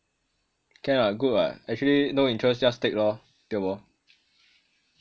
k lah good [what] actually no interest just take lor tio bo